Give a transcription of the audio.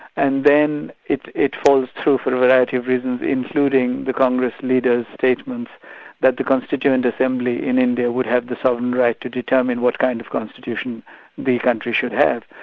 and then it it falls through for a variety of reasons, including the congress leader's statements that the constituent assembly in india would have the sovereign right to determine what kind of constitution the country should have,